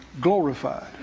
glorified